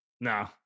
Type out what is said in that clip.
No